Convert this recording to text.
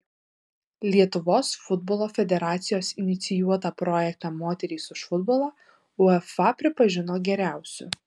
lietuvos futbolo federacijos inicijuotą projektą moterys už futbolą uefa pripažino geriausiu